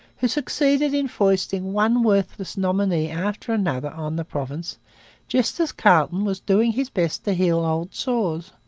who succeeded in foisting one worthless nominee after another on the province just as carleton was doing his best to heal old sores.